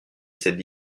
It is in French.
cette